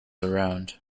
around